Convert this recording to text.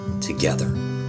together